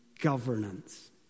governance